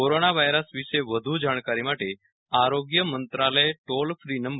corona virus વિશે વધુ જાણકારી માટે આરોગ્ય મંત્રાલયે ટોલ ફ્રી નં